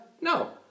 No